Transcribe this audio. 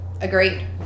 Agreed